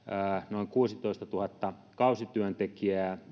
noin kuusitoistatuhatta kausityöntekijää